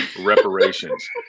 reparations